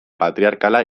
patriarkala